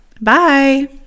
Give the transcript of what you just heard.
Bye